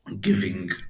giving